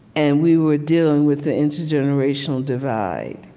and we were dealing with the intergenerational divide.